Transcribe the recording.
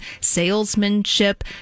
salesmanship